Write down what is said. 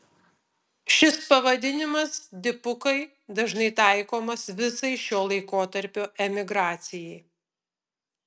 šis pavadinimas dipukai dažnai taikomas visai šio laikotarpio emigracijai